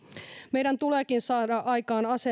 meidän tuleekin saada aikaan